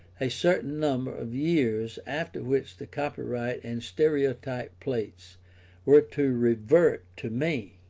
a certain number of years after which the copyright and stereotype plates were to revert to me,